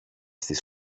στις